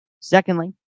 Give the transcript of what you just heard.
Secondly